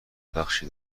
بخشی